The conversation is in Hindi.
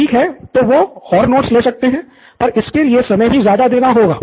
ठीक है तो वो और नोट्स ले सकते हैं पर इसके लिए समय भी ज्यादा देना होगा